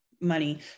money